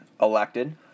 elected